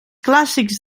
clàssics